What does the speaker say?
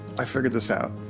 i figured this out.